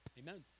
amen